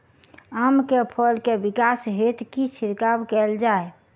आम केँ फल केँ विकास हेतु की छिड़काव कैल जाए?